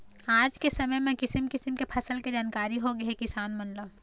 आज के समे म किसम किसम के फसल के जानकारी होगे हे किसान मन ल